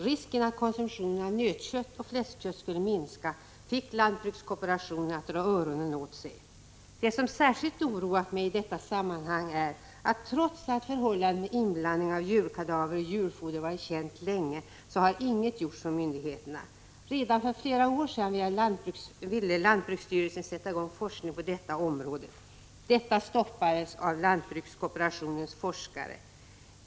Risken att konsumtionen av nötkött och fläskkött skulle minska fick lantbrukskooperationen att dra öronen åt sig. Det som särskilt oroat mig i detta sammanhang är att trots att förhållandet att djurkadaver blandats in i djurfoder varit känt länge, har inget gjorts från myndigheterna. Redan för flera år sedan ville lantbruksstyrelsen sätta i gång forskning på detta område. Detta stoppades av lantbrukskooperationens forskare.